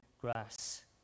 grass